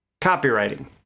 copywriting